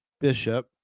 Bishop